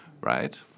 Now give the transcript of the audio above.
right